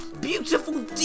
beautiful